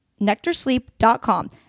Nectarsleep.com